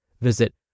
Visit